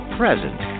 present